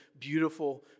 beautiful